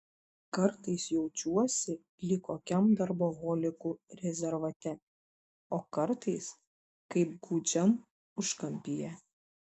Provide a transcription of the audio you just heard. kartais jaučiuosi lyg kokiam darboholikų rezervate o kartais kaip gūdžiam užkampyje